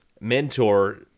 mentor